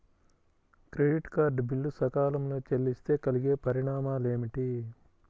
Credit card bill సకాలంలో చెల్లిస్తే కలిగే పరిణామాలేమిటి?